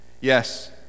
yes